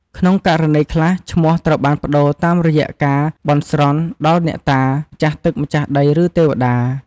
ក្នុងករណីខ្លះ ឈ្មោះត្រូវបានប្ដូរតាមរយៈការ បន់ស្រន់ដល់អ្នកតា ម្ចាស់ទឹកម្ចាស់ដី ឬទេវតា។